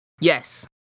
Yes